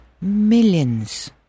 millions